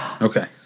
Okay